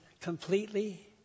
Completely